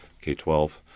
K-12